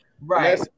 Right